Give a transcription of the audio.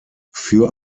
für